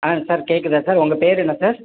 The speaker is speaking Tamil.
ஆ சார் கேட்குதா சார் உங்க பேர் என்ன சார்